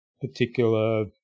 particular